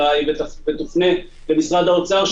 ותופנה למשרד האוצר,